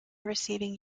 receiving